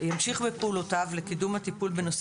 ימשיך בפעולותיו לקידום הטיפול בנושא